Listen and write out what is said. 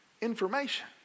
information